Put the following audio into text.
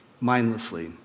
mindlessly